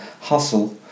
Hustle